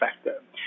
effective